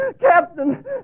Captain